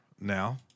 now